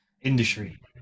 industry